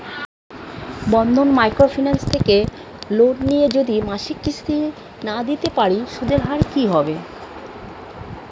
বন্ধন micro finance থেকে loan নিয়ে যদি মাসিক কিস্তি না দিতে পারি সুদের হার কি হবে?